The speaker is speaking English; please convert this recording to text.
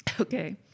Okay